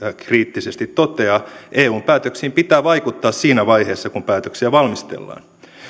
kriittisesti toteaa eun päätöksiin pitää vaikuttaa siinä vaiheessa kun päätöksiä valmistellaan